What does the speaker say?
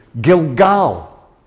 Gilgal